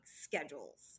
schedules